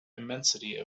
immensity